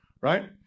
right